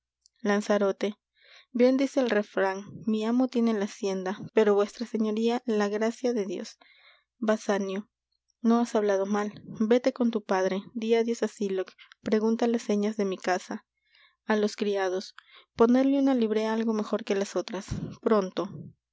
lanzarote bien dice el refran mi amo tiene la hacienda pero vuestra señoría la gracia de dios basanio no has hablado mal véte con tu padre dí adios á sylock pregunta las señas de mi casa á los criados ponedle una librea algo mejor que las otras pronto